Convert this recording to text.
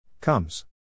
Comes